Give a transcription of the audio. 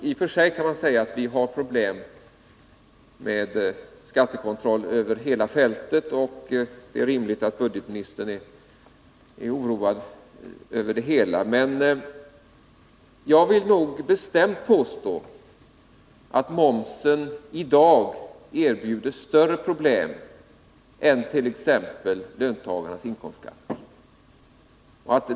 I och för sig kan man säga att vi har problem med skattekontroll över hela fältet, och det är rimligt att budgetministern är oroad över det, men jag vill bestämt påstå att momsen i dag erbjuder större problem än t.ex. än löntagarnas inkomstskatt.